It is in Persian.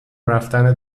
رفتن